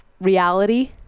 reality